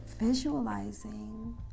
visualizing